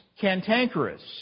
cantankerous